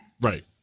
right